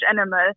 animal